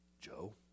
Joe